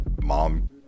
Mom